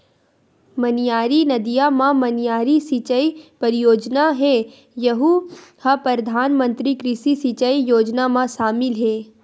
मनियारी नदिया म मनियारी सिचई परियोजना हे यहूँ ह परधानमंतरी कृषि सिंचई योजना म सामिल हे